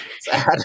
Sad